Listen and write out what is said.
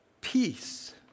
peace